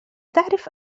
تعرف